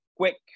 quick